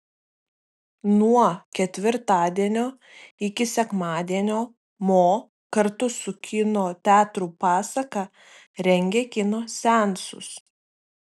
nuo ketvirtadienio iki sekmadienio mo kartu su kino teatru pasaka rengia kino seansus